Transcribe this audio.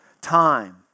time